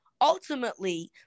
ultimately